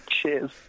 Cheers